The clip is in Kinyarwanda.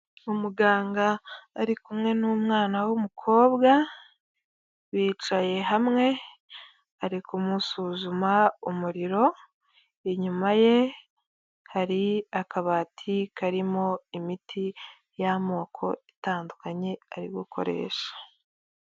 Umuganga ari kumwe n'umwana w'umukobwa bicaye hamwe ari kumusuzuma umuriro, inyuma ye hari akabati karimo imiti y'amoko itandukanye ari gukoresha.